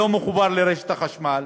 והוא לא מחובר לרשת החשמל,